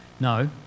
No